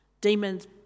demons